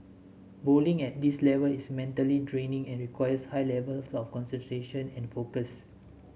bowling at this level is mentally draining and requires high levels of concentration and focus